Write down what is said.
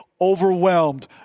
overwhelmed